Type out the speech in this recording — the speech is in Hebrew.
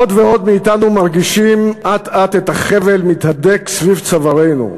עוד ועוד מאתנו מרגישים אט-אט את החבל מתהדק סביב צווארינו.